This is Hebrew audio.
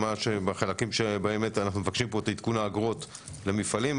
והחלקים שבהם אנחנו מבקשים את עדכון האגרות למפעלים,